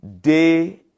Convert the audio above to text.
day